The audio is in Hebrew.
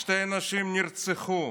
שתי נשים נרצחו.